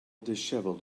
dishevelled